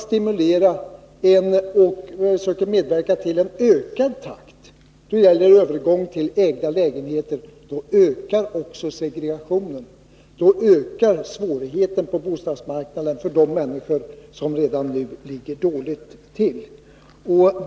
Stimulerar man en övergång till ägda lägenheter i ökad takt, då ökar också segregationen, då ökar svårigheterna på bostadsmarknaden för de människor som redan nu ligger dåligt till.